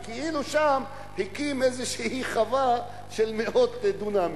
וכאילו הקימו שם איזושהי חווה של מאות דונמים.